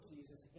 Jesus